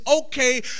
okay